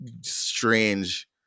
strange